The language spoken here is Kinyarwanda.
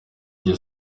iryo